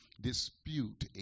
dispute